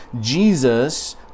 Jesus